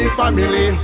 family